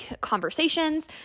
conversations